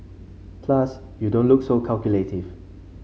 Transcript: plus you don't look so calculative